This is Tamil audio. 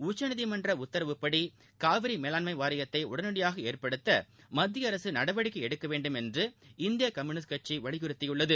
உச்சநீதிமன்ற உத்தரவுப்படி காவிரி மேலாண்மை வாரியத்தை உடனடியாக ஏற்படுத்த மத்திய அரசு நடவடிக்கை எடுக்க வேண்டுமென்று இந்திய கம்யூனிஸ்ட் கட்சி வலியுறுத்தியுள்ளது